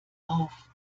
auf